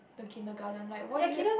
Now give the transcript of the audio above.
the kindergarten like why did you